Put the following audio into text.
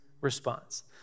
response